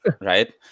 right